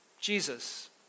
Jesus